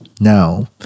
Now